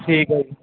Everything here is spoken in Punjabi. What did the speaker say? ਠੀਕ ਹੈ ਜੀ